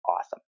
awesome